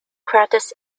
credits